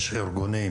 יש ארגונים